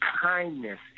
kindness